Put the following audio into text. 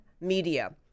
media